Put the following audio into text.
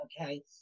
Okay